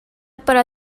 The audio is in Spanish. para